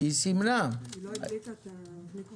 זה הפטנט שלי בתחום הזה ואני משתמש בו תמיד.